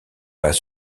pas